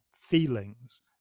feelings